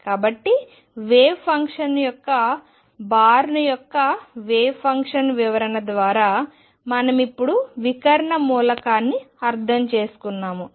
కాబట్టి wave function యొక్క Born యొక్క వేవ్ ఫంక్షన్ వివరణ ద్వారా మనం ఇప్పుడు వికర్ణ మూలకాన్ని అర్థం చేసుకున్నాము